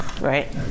Right